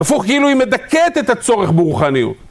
הפוך כאילו היא מדכאת את הצורך ברוחניות.